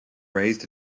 raised